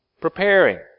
preparing